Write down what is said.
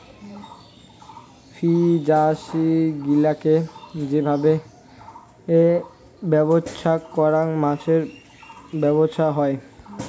fishery গিলাকে যে ভাবে ব্যবছস্থাই করাং মাছের ব্যবছা হই